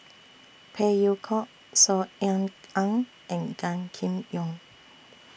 Phey Yew Kok Saw Ean Ang and Gan Kim Yong